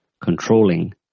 controlling